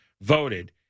voted